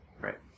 Right